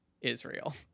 israel